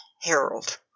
Harold